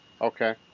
Okay